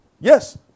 Yes